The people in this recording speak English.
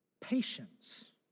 Patience